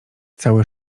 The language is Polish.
cały